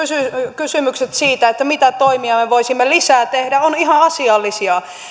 kysymykset siitä mitä toimia me voisimme lisää tehdä ovat ihan asiallisia